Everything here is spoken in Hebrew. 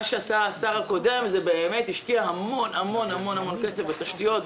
השר הקודם באמת השקיע המון-המון כסף בתשתיות,